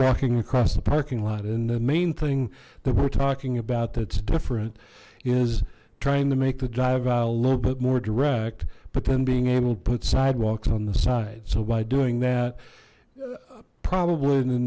walking across the parking lot and the main thing that we're talking about that's different is trying to make the dive a little bit more direct but then being able to put sidewalks on the side so by doing that probably in the